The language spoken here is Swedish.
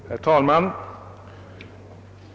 Herr talman!